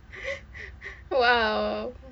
!wow!